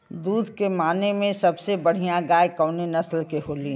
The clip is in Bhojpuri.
दुध के माने मे सबसे बढ़ियां गाय कवने नस्ल के होली?